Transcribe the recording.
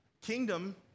Kingdom